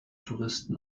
touristen